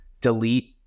delete